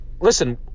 listen